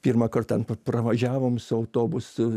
pirmąkart ten pravažiavom su autobusu